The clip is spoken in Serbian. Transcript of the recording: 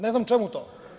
Ne znam čemu to.